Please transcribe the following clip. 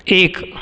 एक